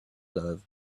love